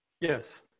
Yes